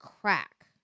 crack